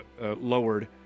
lowered